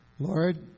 Lord